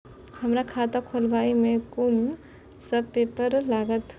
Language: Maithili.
हमरा खाता खोलाबई में कुन सब पेपर लागत?